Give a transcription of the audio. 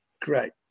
great